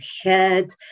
head